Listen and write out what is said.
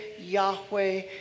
Yahweh